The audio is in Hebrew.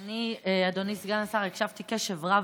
אני, אדוני סגן השר, הקשבתי קשב רב